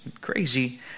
crazy